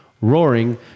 Roaring